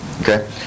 Okay